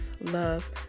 love